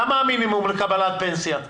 כמה המינימום לקבלת פנסיה?